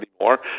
anymore